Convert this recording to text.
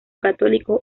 católico